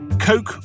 Coke